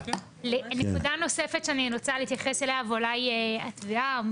נקודה נוספת שאני רוצה להתייחס אליה ואולי המשטרה